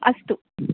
अस्तु